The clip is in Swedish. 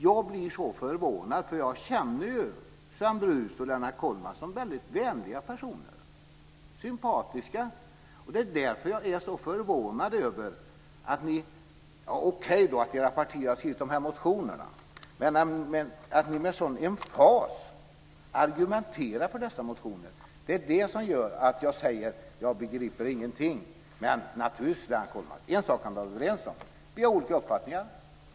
Jag blir så förvånad, för jag känner ju Sven Brus och Lennart Kollmats som väldigt vänliga och sympatiska personer. Det är därför som jag är så förvånad över att ni - ja, okej då att era partier har skrivit de här motionerna - med sådan emfas argumenterar för dessa motioner. Det är det som gör att jag säger: Jag begriper ingenting. Men naturligtvis, Lennart Kollmats, kan vi vara överens om en sak: Vi har olika uppfattningar.